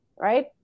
right